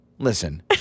Listen